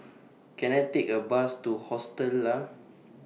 Can I Take A Bus to Hostel Lah